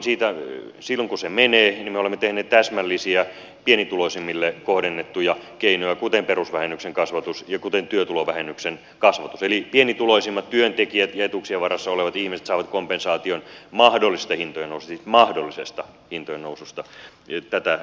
sitä silmällä pitäen että se menee me olemme tehneet täsmällisiä pienituloisimmille kohdennettuja keinoja joita ovat perusvähennyksen kasvatus ja työtulovähennyksen kasvatus eli pienituloisimmat työntekijät ja etuuksien varassa olevat ihmiset saavat kompensaation mahdollisesta hintojen noususta siis mahdollisesta hintojen noususta tätä kautta